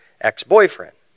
ex-boyfriend